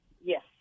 Yes